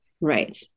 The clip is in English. Right